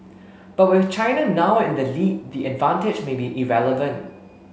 but with China now in the lead the advantage may be irrelevant